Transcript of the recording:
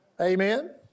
Amen